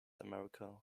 america